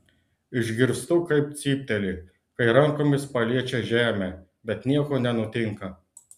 išgirstu kaip cypteli kai rankomis paliečia žemę bet nieko nenutinka